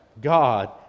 God